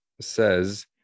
says